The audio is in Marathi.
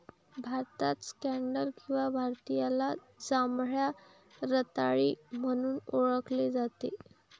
भारतात स्कँडल किंवा भारतीयाला जांभळ्या रताळी म्हणून ओळखले जाते